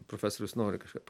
profesorius nori kažką